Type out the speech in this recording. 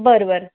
बरं बरं